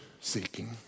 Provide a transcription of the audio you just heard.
seeking